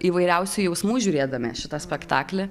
įvairiausių jausmų žiūrėdami šitą spektaklį